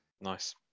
Nice